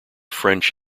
french